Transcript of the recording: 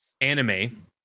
anime